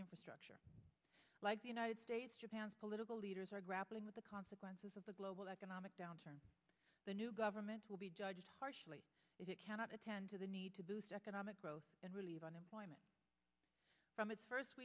infrastructure like the united states japan's political leaders are grappling with the consequences of the global economic downturn the new government will be judged harshly if it cannot attend to the need to boost economic growth and relieve unemployment from its first